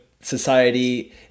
society